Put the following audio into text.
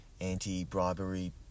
anti-bribery